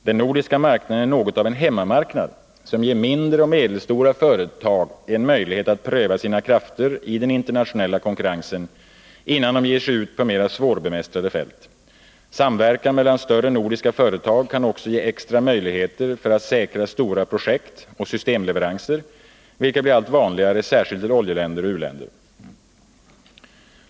Den nordiska marknaden är något av en hemmamarknad, som ger mindre och medelstora företag en möjlighet att pröva sina krafter i den internationella konkurrensen, innan de ger sig ut på mera svårbemästrade fält. Samverkan mellan större nordiska företag kan också ge extra möjligheter att säkra stora projektoch systemleveranser, vilka blir allt vanligare särskilt till oljeländer och u-länder.